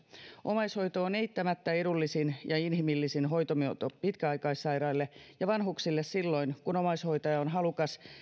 omaishoito on eittämättä edullisin ja inhimillisin hoitomuoto pitkäaikaissairaille ja vanhuksille silloin kun omaishoitaja on halukas